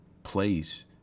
place